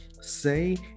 say